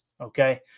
Okay